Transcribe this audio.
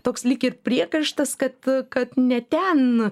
toks lyg ir priekaištas kad kad ne ten